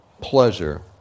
pleasure